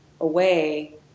away